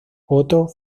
otto